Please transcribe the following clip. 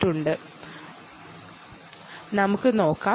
നമുക്ക് ഇത് നോക്കാം